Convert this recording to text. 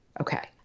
Okay